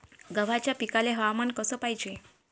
गव्हाच्या पिकाले हवामान कस पायजे?